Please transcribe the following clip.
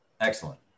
Excellent